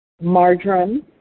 marjoram